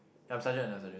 I'm sergeant I'm sergeant